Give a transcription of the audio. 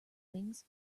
wings